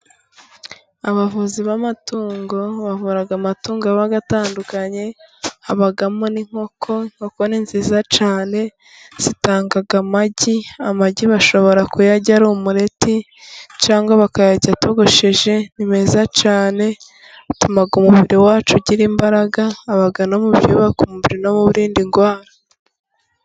Abavuzi b'amatungo bavura amatungo aba atandukanye, habamo n'inkoko, inkoko ni nziza cyane, zitanga amagi, amagi bashobora kuyarya ari umureti cyangwa bakayarya atogosheje ni meza cyane, bituma umubiri wacu ugira imbaraga, aba no mu byubaka umubiri no mu birinda indwara.